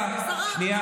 התבלבלת.